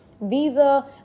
visa